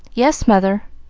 yes, mother.